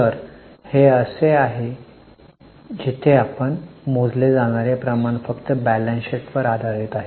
तर हे असे आहे जिथे आपण मोजले जाणारे प्रमाण फक्त बॅलन्स शीट वर आधारित आहे